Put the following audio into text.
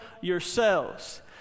yourselves